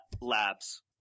Labs